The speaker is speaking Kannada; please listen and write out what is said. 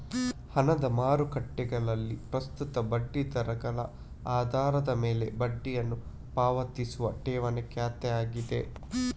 ಹಣದ ಮಾರುಕಟ್ಟೆಗಳಲ್ಲಿ ಪ್ರಸ್ತುತ ಬಡ್ಡಿ ದರಗಳ ಆಧಾರದ ಮೇಲೆ ಬಡ್ಡಿಯನ್ನು ಪಾವತಿಸುವ ಠೇವಣಿ ಖಾತೆಯಾಗಿದೆ